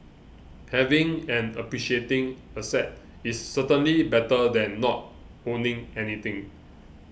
having an appreciating asset is certainly better than not owning anything